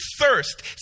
thirst